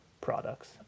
products